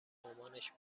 مامانش